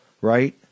right